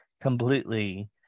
completely